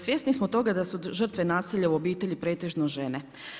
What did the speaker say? Svjesni smo toga da su žrtve nasilja u obitelji pretežno žene.